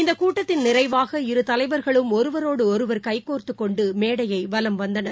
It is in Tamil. இந்தகூட்டத்தின் நிறைவாக தலைவர்களும் இரு ஒருவரோடுஒருவர் கைகோர்த்துக்கொண்டுமேடையைவலம் வந்தனர்